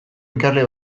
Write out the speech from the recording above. ikasle